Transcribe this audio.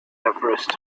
everest